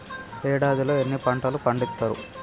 ఏడాదిలో ఎన్ని పంటలు పండిత్తరు?